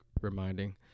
reminding